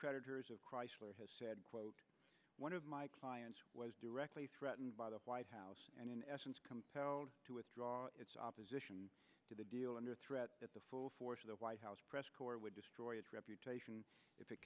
creditors of chrysler has said quote one of my clients was directly threatened by the white house and in essence compelled to withdraw its opposition to the deal under threat that the full force of the white house press corps would destroy its reputation if it